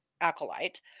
acolyte